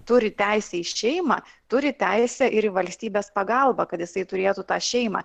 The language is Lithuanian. turi teisę į šeimą turi teisę ir į valstybės pagalbą kad jisai turėtų tą šeimą